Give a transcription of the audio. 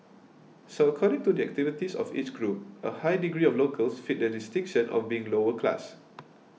so according to the activities of each group a high degree of locals fit the distinction of being lower class